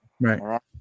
Right